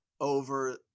over